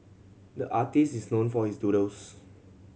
the artist is known for his doodles